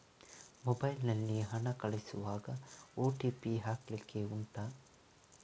mobile ನಲ್ಲಿ ಹಣ ಕಳಿಸುವಾಗ ಓ.ಟಿ.ಪಿ ಹಾಕ್ಲಿಕ್ಕೆ ಉಂಟಾ